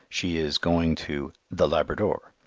she is going to the labrador,